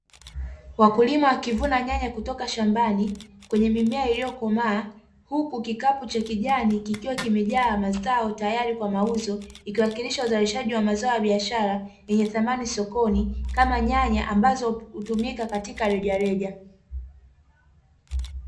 Wakulima wakivuna nyanya kutoka shambani kwenye mimea iliyokomaa, huku kikapu cha kijani kikiwa kimejaa mazao tayari kwa mauzo, ikiwakilisha uzalishaji wa mazao ya biashara yenye thamani sokoni kama nyanya ambazo hutumika katika rejareja.